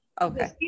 okay